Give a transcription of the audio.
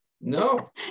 no